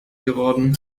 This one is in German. geworden